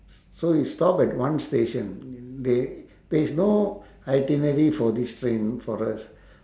so we stop at one station there there's no itinerary for this train for us